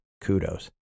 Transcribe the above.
Kudos